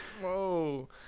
Whoa